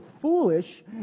foolish